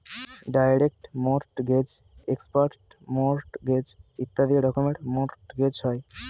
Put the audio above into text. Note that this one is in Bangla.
ডাইরেক্ট মর্টগেজ, এক্সপার্ট মর্টগেজ ইত্যাদি রকমের মর্টগেজ হয়